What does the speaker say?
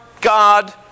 God